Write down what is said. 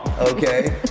okay